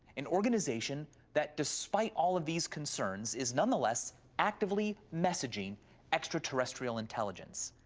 an organization that, despite all of these concerns, is nonetheless actively messaging extraterrestrial intelligence.